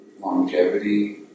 longevity